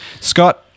Scott